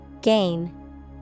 gain